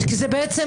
זה תחבורה,